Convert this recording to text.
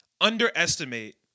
underestimate